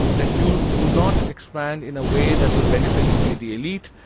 that you do not expand in a way that will benefit only the elite,